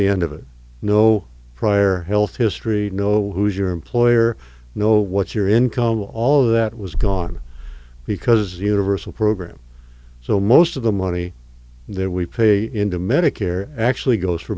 the end of it no prior health history no who's your employer know what your income while all of that was gone because the universal program so most of the money that we pay into medicare actually goes for